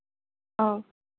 औ